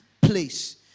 place